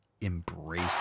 Embrace